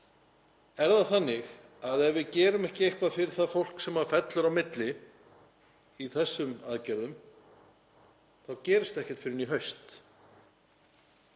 er það þannig að ef við gerum ekki eitthvað fyrir það fólk sem fellur á milli í þessum aðgerðum þá gerist ekkert fyrr en í haust.